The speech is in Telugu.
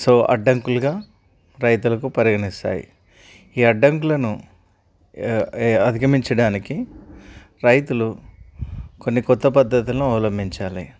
సో అడ్డంకులుగా రైతులకు పరిగణిస్తాయి ఈ అడ్డంకులను ఏ అధిగమించడానికి రైతులు కొన్ని కొత్త పద్ధతులను అవలంబించాలి